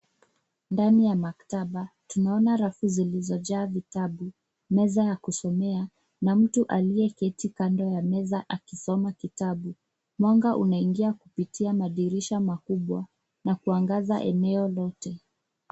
Ndani ya maktaba tunaona rafu zilizojaa vitabu, meza ya kusomea na mtu aliyeketi kando ya meza akisoma kitabu. Mwanga unaingia kupitia madirisha makubwa na kuangaza eneo lote.